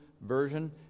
version